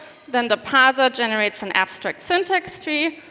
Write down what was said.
then the parser generates an abstract syntax tree.